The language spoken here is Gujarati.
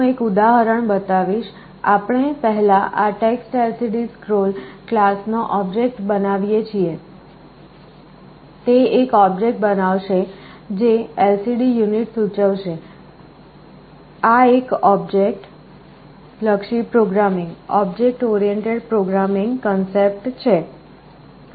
હું એક ઉદાહરણ બતાવીશ આપણે પહેલાં આ TextLCDScroll ક્લાસ નો ઑબ્જેક્ટ બનાવીએ છીએ તે એક ઑબ્જેક્ટ બનાવશે જે LCD યુનિટ સૂચવશે આ એક ઑબ્જેક્ટ લક્ષી પ્રોગ્રામિંગ કૉન્સેપ્ટ છે